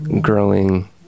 growing